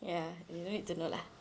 ya you don't need to know lah